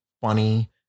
funny